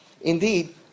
indeed